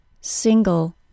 single